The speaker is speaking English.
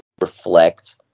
reflect